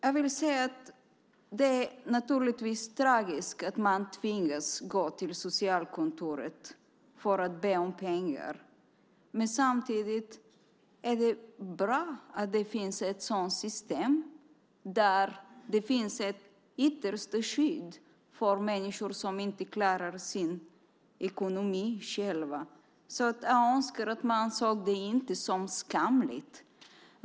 Naturligtvis är det tragiskt att tvingas gå till socialkontoret för att be om pengar. Men samtidigt är det bra att det finns ett system med ett yttersta skydd för människor som inte klarar sin ekonomi själva. Jag önskar att man inte såg det som skamligt.